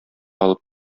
алып